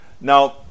now